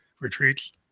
retreats